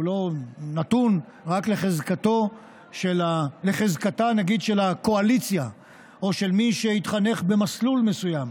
נתונה רק בחזקתה של הקואליציה או של מי שהתחנך במסלול מסוים.